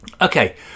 Okay